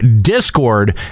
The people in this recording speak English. Discord